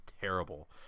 terrible